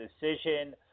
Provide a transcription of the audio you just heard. decision